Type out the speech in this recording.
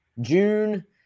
June